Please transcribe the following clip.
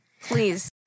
Please